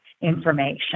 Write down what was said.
information